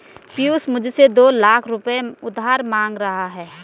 पियूष मुझसे दो लाख रुपए उधार मांग रहा है